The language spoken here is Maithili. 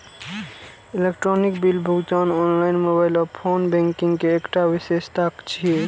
इलेक्ट्रॉनिक बिल भुगतान ऑनलाइन, मोबाइल आ फोन बैंकिंग के एकटा विशेषता छियै